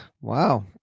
Wow